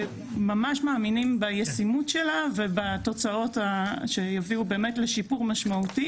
ממש מאמינים בישימות שלה ובתוצאות שיביאו באמת לשיפור משמעותי.